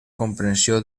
comprensió